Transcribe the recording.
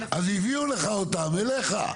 הנה, אז הביאו לך אותם אליך.